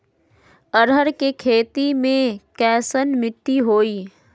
अरहर के खेती मे कैसन मिट्टी होइ?